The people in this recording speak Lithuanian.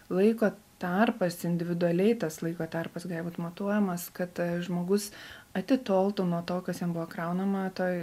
laiko tarpas individualiai tas laiko tarpas gali būti matuojamas kad žmogus atitoltų nuo to kas jam buvo kraunama toj